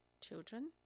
children